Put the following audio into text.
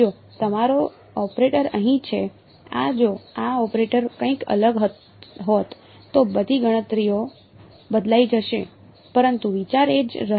હવે જો તમારો ઓપરેટર અહીં છે આ જો આ ઓપરેટર કંઈક અલગ હોત તો બધી ગણતરીઓ બદલાઈ જશે પરંતુ વિચાર એ જ રહેશે